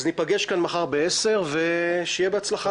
אז נפגש כאן מחר ב-10:00, ושיהיה בהצלחה לכולם.